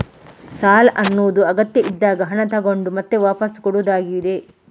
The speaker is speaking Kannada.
ಸಾಲ ಅನ್ನುದು ಅಗತ್ಯ ಇದ್ದಾಗ ಹಣ ತಗೊಂಡು ಮತ್ತೆ ವಾಪಸ್ಸು ಕೊಡುದಾಗಿದೆ